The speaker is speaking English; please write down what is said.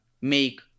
make